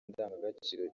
indangagaciro